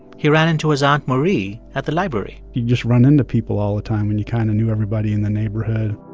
he ran into his aunt marie at the library you just run into people all the time, and you kind of knew everybody in the neighborhood